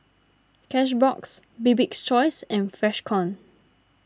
Cashbox Bibik's Choice and Freshkon